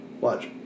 Watch